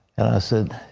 and i said,